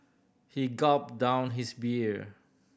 he gulped down his beer